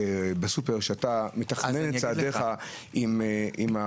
כשבן זוגי צפריר מתקשר אליי בדרך מהכנסת הביתה ואומר: תעצור,